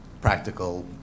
practical